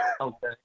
Okay